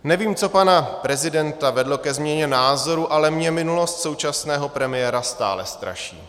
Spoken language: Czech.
Nevím, co pana prezidenta vedlo ke změně názoru, ale mě minulost současného premiéra stále straší.